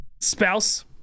Spouse